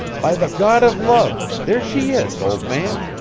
by the god of love, there she is, old man!